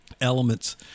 elements